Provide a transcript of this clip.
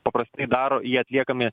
paprastai daro jie atliekami